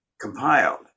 compiled